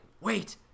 wait